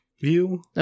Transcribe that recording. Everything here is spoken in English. view